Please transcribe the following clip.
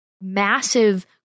massive